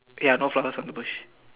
ya no flowers on the bush